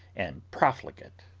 and profligate.